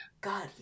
God